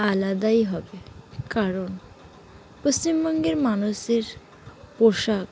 আলাদাই হবে কারণ পশ্চিমবঙ্গের মানুষের পোশাক